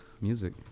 Music